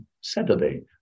Saturday